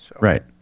Right